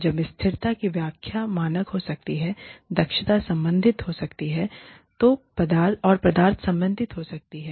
अब स्थिरता की व्याख्या मानक हो सकती है दक्षता संबंधी हो सकती है और पदार्थ संबंधी हो सकती है